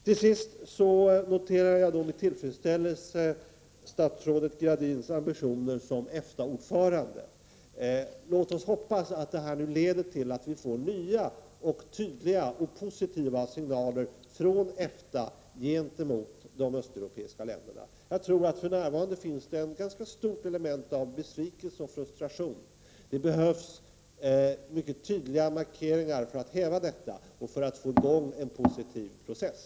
Till sist noterar jag med tillfredsställelse statsrådet Gradins ambitioner som EFTA-ordförande. Låt oss hoppas att de nu leder till att vi får nya, tydliga och positiva signaler från EFTA gentemot de östeuropeiska länderna. Jag tror att det för närvarande finns ett ganska stort element av besvikelse och frustration. Det behövs mycket tydliga markeringar för att häva detta och få i gång en positiv process.